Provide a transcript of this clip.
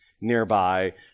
nearby